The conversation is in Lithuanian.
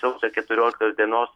sausio keturioliktos dienos